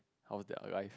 how their life